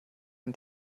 den